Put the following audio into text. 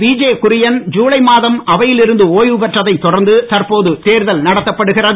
PJ Kurien July மாதம் அவையில் இருந்து ஓய்வு பெற்றதை தொடர்ந்து தற்போது தேர்தல் நடத்தப்படுகிறது